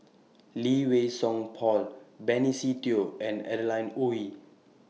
Lee Wei Song Paul Benny Se Teo and Adeline Ooi